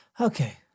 okay